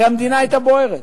הרי המדינה היתה בוערת.